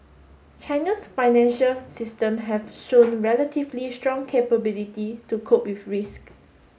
China's financial system have shown relatively strong capability to cope with risk